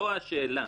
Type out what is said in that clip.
זו השאלה